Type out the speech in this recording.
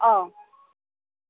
অঁ